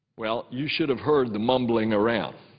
well, you should have heard the mumbling around.